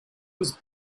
was